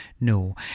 No